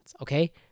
okay